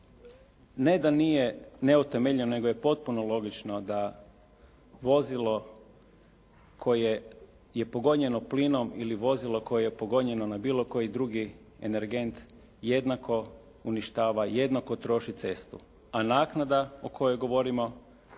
ne da nije neutemeljen, nego je potpuno logično da vozilo koje je pogonjeno plinom ili vozilo koje je pogonjeno na bilo koji drugi energent jednako uništava, jednako troši cestu, a naknada o kojoj govorimo,